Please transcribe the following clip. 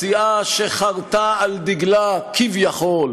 הסיעה שחרתה על דגלה כביכול